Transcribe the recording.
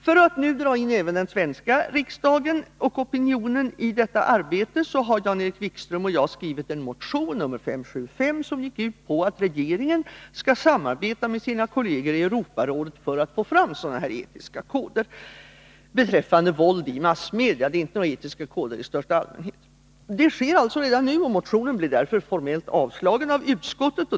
För att nu dra in även den svenska riksdagen och opinionen i detta arbete har Jan-Erik Wikström och jag skrivit en motion, nr 575, som går ut på att regeringen skall samarbeta med sina kolleger i Europarådet för att få fram etiska koder beträffande våld i massmedia. Det rör sig alltså inte om några etiska koder i största allmänhet. Det sker alltså redan nu, och motionen blir därför formellt avslagen av utskottet.